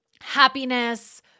happiness